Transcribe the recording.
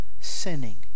sinning